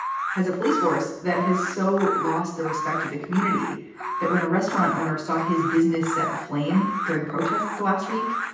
has a police force that has so lost the respect of the community that when a restaurant owner saw his business set aflame during protests last week,